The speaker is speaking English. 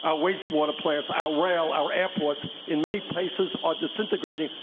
our waste water plants, our rail, our airports, in many places are disintegrating.